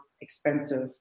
expensive